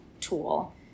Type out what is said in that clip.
tool